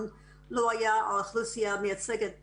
לא היה על האוכלוסייה המייצגת הארצית,